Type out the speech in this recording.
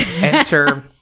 enter